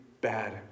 bad